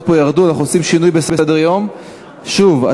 פ/1162,